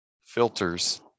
filters